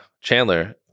Chandler